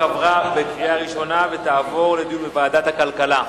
התש"ע 2010, לוועדת הכלכלה נתקבלה.